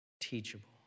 teachable